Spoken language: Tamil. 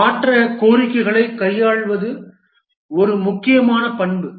மாற்ற கோரிக்கைகளை கையாள்வது ஒரு முக்கியமான பண்பு